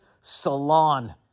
Salon